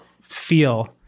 feel